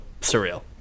surreal